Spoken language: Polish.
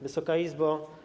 Wysoka Izbo!